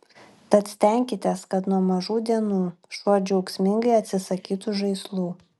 tad stenkitės kad nuo mažų dienų šuo džiaugsmingai atsisakytų žaislų